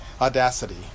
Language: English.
Audacity